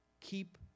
Keep